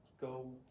go